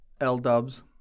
L-dubs